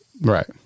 Right